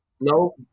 No